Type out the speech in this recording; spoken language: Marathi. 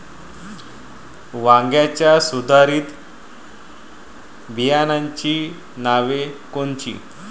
वांग्याच्या सुधारित बियाणांची नावे कोनची?